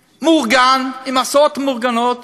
מאורגן, עם הסעות מאורגנות.